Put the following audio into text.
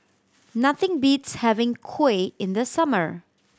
nothing beats having Kuih in the summer